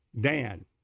Dan